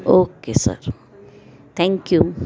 okay sir thank you